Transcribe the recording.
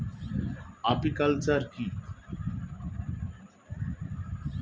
Apiculture কি?